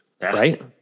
Right